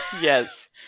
yes